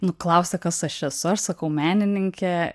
nu klausia kas aš esu aš sakau menininkė